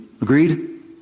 Agreed